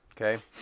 Okay